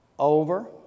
Over